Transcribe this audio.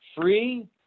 free